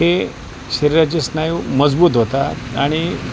हे शरीराचे स्नायू मजबूत होतात आणि